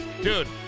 Dude